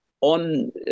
on